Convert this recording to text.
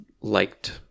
liked